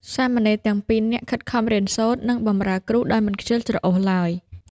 សាមណេរទាំងពីរនាក់ខិតខំរៀនសូត្រ និងបម្រើគ្រូដោយមិនខ្ជិលច្រអូសឡើយ។